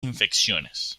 infecciones